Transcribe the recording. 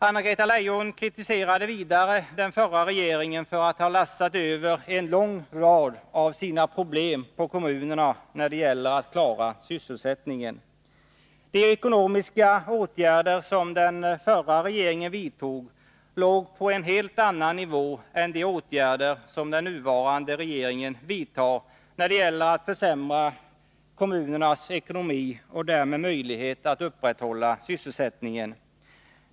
Anna-Greta Leijon kritiserade vidare den förra regeringen för att ha lassat över en lång rad av sina problem på kommunerna när det gäller att klara sysselsättningen. De ekonomiska åtgärder som den förra regeringen vidtog låg på en helt annan nivå än de åtgärder som den nuvarande regeringen vidtar när det gäller att försämra kommunernas ekonomi och därmed möjlighet att upprätthålla sysselsättningen.